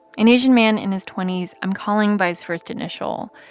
an asian man in his twenty s i'm calling by his first initial.